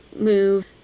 move